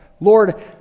Lord